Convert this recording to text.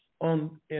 on